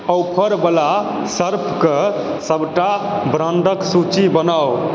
offer वला Surf क सबटा ब्राण्ड क सूची बनाउ